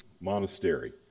monastery